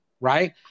right